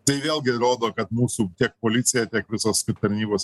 tai vėlgi rodo kad mūsų tiek policija tiek visos tarnybos